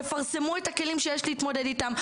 תפרסמו את הכלים שיש להתמודד איתם.